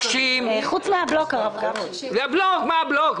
מה הבלוק?